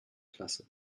klasse